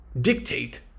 dictate